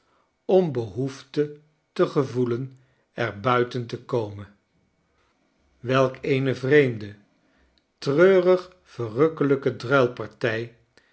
om behoefte te gevoelen er buiten te komen welk eene vreemde treurig verrukkelijke